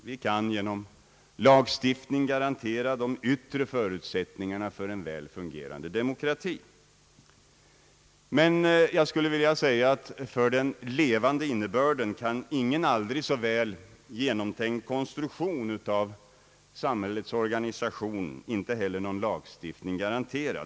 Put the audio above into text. Vi kan genom lagstiftning garantera de yttre förutsättningarna för en väl fungerande demokrati, men jag skulle vilja säga att den levande innebörden kan ingen aldrig så väl genomtänkt konstruktion av samhällets organisation och inte heller någon lagstiftning garantera.